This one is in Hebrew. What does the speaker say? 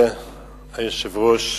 אדוני היושב-ראש,